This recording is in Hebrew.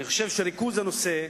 אני חושב שריכוז הנושא,